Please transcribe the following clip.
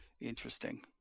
Interesting